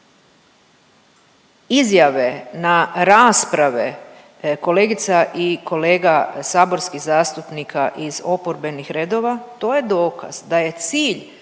izjave, na rasprave kolegica i kolega saborskih zastupnika iz oporbenih redova, to je dokaz da je cilj